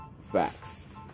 facts